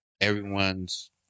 everyone's